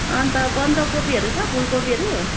अन्त बन्दकोपीहरू छ फुलकोपीहरु